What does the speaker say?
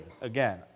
Again